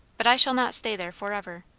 but i shall not stay there for ever.